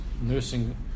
nursing